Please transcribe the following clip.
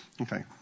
Okay